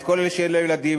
את כל אלה שאין להם ילדים,